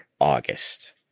August